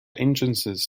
entrances